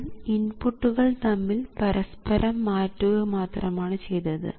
ഞാൻ ഇൻപുട്ടുകൾ തമ്മിൽ പരസ്പരം മാറ്റുക മാത്രമാണ് ചെയ്തത്